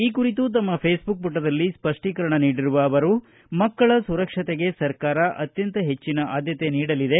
ಈ ಕುರಿತು ತಮ್ಮ ಫೇಸಬುಕ್ ಮಟದಲ್ಲಿ ಸ್ಪಷ್ಟೀಕರಣ ನೀಡಿರುವ ಅವರು ಮಕ್ಕಳ ಸುರಕ್ಷತೆಗೆ ಸರ್ಕಾರ ಅತ್ಯಂತ ಹೆಚ್ಚಿನ ಆದ್ದತೆ ನೀಡಲಿದೆ